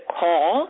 call